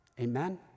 Amen